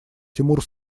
тимур